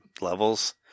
levels